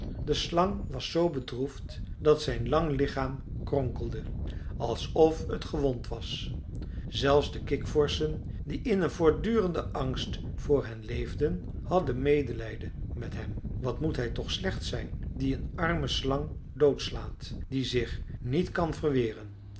de slang was zoo bedroefd dat zijn lang lichaam kronkelde alsof het gewond was zelfs de kikvorschen die in een voortdurenden angst voor hen leefden hadden medelijden met hem wat moet hij toch slecht zijn die een arme slang doodslaat die zich niet kan verweren